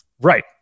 Right